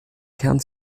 kern